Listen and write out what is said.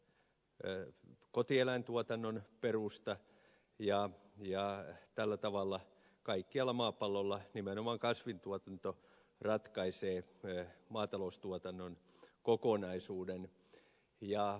se on kotieläintuotannon perusta ja tällä tavalla kaikkialla maapallolla nimenomaan kasvintuotanto ratkaisee maataloustuotannon kokonaisuuden